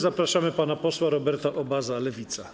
Zapraszamy pana posła Roberta Obaza, Lewica.